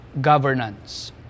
Governance